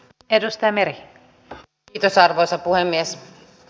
n edestä meri on idässä arvoisa puhemies